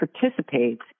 participates